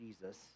Jesus